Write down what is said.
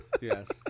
Yes